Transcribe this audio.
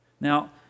Now